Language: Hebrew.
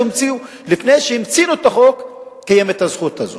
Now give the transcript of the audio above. לפני שהמציאו את החוק, קיימת הזכות הזאת,